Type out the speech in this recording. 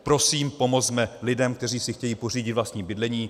Prosím, pomozme lidem, kteří si chtějí pořídit vlastní bydlení.